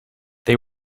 they